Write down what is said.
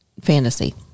fantasy